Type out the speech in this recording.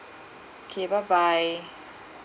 okay bye bye